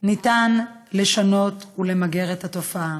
אפשר לשנות, ולמגר את התופעה.